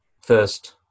first